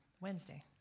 Wednesday